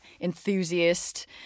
enthusiast